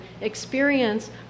experience